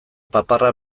paparra